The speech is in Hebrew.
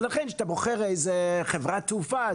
לכן כשאתה בוחר חברת תעופה,